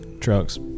trucks